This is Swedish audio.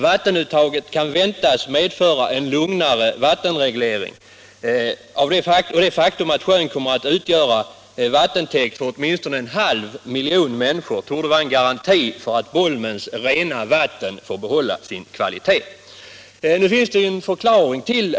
Vattenuttaget kan väntas 83 medföra en lugnare vattenreglering, och det faktum att sjön kommer att utgöra vattentäkt för åtminstone en halv miljon människor torde vara en garanti för att Bolmens rena vatten får behålla sin kvalitet.